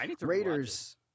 Raiders